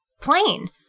plane